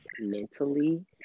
mentally